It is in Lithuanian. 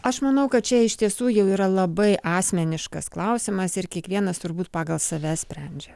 aš manau kad čia iš tiesų jau yra labai asmeniškas klausimas ir kiekvienas turbūt pagal save sprendžia